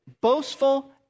boastful